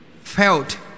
felt